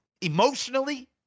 emotionally